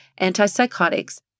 antipsychotics